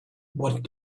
what